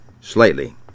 slightly